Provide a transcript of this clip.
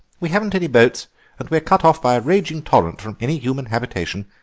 we haven't any boats and we're cut off by a raging torrent from any human habitation.